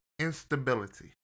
instability